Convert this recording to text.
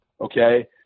Okay